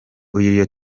uyu